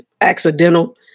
accidental